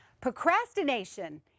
Procrastination